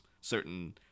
certain